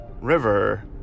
River